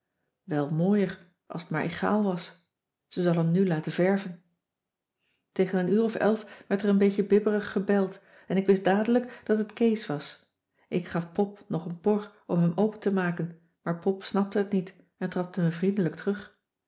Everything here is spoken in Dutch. wel mooier als t maar egaal was ze zal hem nu laten verven tegen een uur of elf werd er een beetje bibberig gebeld en ik wist dadelijk dat het kees was ik gaf pop nog een por om hem open te maken maar pop snapte het niet en trapte me vriendelijk terug